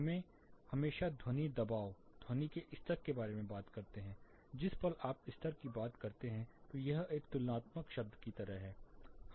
हम हमेशा ध्वनि दबाव ध्वनि के स्तर के बारे में बात करते हैं जिस पल आप स्तर की बात करते हैं तो यह एक तुलनात्मक शब्द की तरह है